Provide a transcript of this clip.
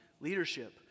leadership